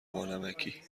بانمکی